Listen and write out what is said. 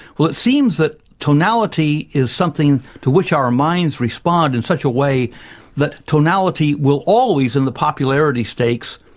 well it seems that tonality is something to which our minds respond in such a way that tonality will always in the popularity stakes,